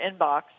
inbox